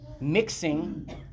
Mixing